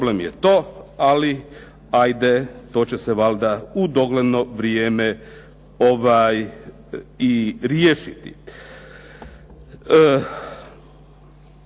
Problem je to, ali ajde to će se valjda u dogledno vrijeme i riješiti.